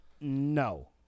No